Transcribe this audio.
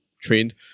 trained